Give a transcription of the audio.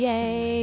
Yay